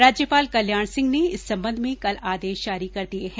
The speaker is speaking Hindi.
राज्यपाल कल्याण सिंह ने इस संबंध में कल आदेश जारी कर दिये है